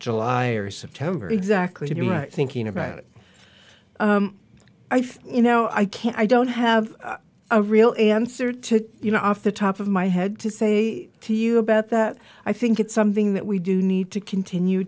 july or september exactly you know thinking about it i think you know i can't i don't have a real answer to you know off the top of my head to say to you about that i think it's something that we do need to continue